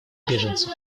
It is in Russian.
беженцев